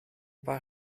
paar